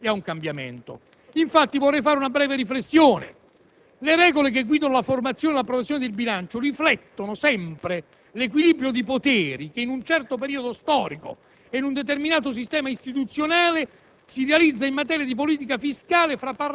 dell'esigenza di andare ad una riflessione e ad un cambiamento. Infatti, vorrei svolgere una breve riflessione: le regole che guidano la formazione e l'approvazione del bilancio riflettono sempre l'equilibrio di poteri che in un certo periodo storico ed in un determinato sistema istituzionale